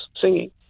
singing